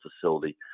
facility